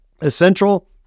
Essential